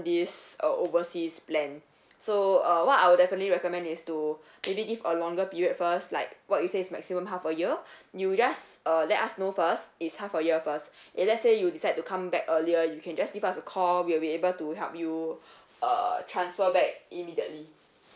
this uh overseas plan so uh what I will definitely recommend is to maybe give a longer period first like what you say is maximum half a year you just uh let us know first is half a year first if let's say you decide to come back earlier you can just give us a call we'll be able to help you uh transfer back immediately